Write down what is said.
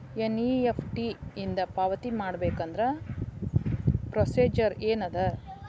NEFT ಇಂದ ಪಾವತಿ ಮಾಡಬೇಕಂದ್ರ ಪ್ರೊಸೇಜರ್ ಏನದ